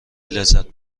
لذت